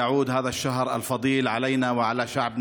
אנו מאחלים שחודש החסד הזה יחזור בשנה הבאה